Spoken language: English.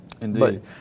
Indeed